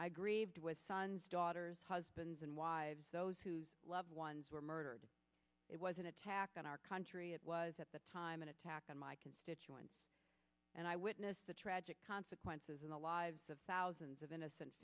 i grieved with sons daughters husbands and wives those whose loved ones were murdered it was an attack on our country it was at the time an attack on my constituents and i witnessed the tragic consequences in the lives of thousands of innocent